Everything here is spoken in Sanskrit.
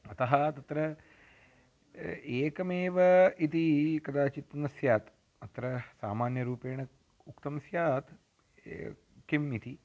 अतः तत्र एकमेव इति कदाचित् न स्यात् अत्र सामान्यरूपेण उक्तं स्यात् किम् इति